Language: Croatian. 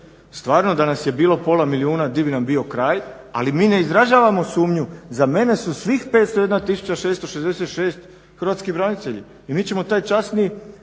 stvarno da nas je bilo pola milijuna di bi nam bio kraj, ali mi ne izražavamo sumnju. Za mene su svih 501666 hrvatski branitelji i mi ćemo taj časni